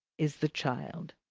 is the child.